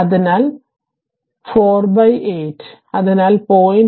അതിനാൽ 4 ബൈ 8 48 അതിനാൽ 0